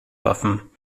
waffen